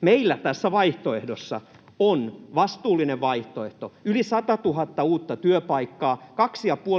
Meillä tässä vaihtoehdossa on vastuullinen vaihtoehto: yli 100 000 uutta työpaikkaa,